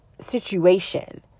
situation